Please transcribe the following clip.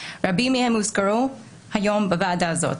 רבים מהם הוזכרו היום בוועדה הזאת,